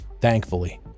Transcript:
Thankfully